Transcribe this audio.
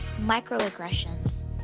microaggressions